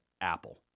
Apple